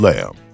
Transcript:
Lamb